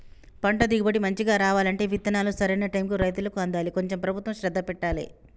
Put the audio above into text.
పంట దిగుబడి మంచిగా రావాలంటే విత్తనాలు సరైన టైముకు రైతులకు అందాలి కొంచెం ప్రభుత్వం శ్రద్ధ పెట్టాలె